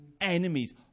Enemies